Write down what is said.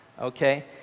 okay